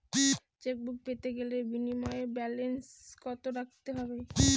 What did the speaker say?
Chequebook পেতে গেলে minimum balance কত রাখতে হবে?